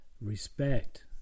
respect